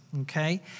okay